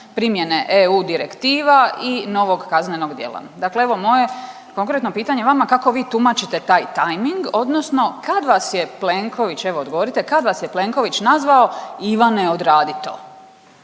primjene EU direktiva i novog kaznenog djela. Dakle evo moje konkretno pitanje vama, kako vi tumačite taj tajming odnosno kad vas je Plenković, evo odgovorite, kad vas je Plenković nazvao, Ivane odradi to?